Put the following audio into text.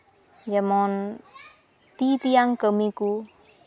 ᱡᱮᱢᱚᱱ ᱛᱤ ᱛᱮᱭᱟᱝ ᱠᱟᱹᱢᱤ ᱠᱚ